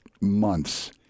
months